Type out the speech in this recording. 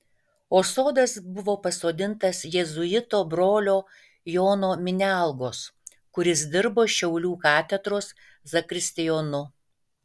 o sodas buvo pasodintas jėzuito brolio jono minialgos kuris dirbo šiaulių katedros zakristijonu